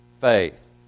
faith